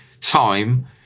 time